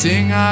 Sing